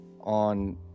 on